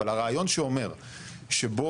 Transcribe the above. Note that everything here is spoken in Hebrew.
אבל הרעיון שאומר שבו,